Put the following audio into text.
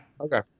Okay